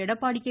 Edappadi K